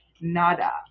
Nada